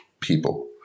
People